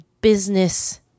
business